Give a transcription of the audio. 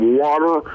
water